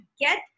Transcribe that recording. Get